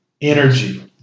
energy